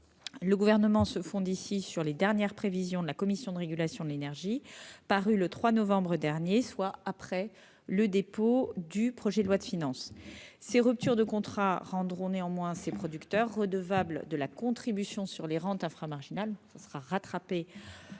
Le Gouvernement se fonde ici sur les dernières prévisions de la CRE, parues le 3 novembre dernier, soit après le dépôt du projet de loi de finances. Ces ruptures de contrats rendront néanmoins ces producteurs redevables de la contribution sur la rente inframarginale,